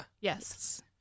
Yes